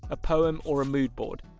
a poem or a mood board.